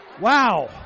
Wow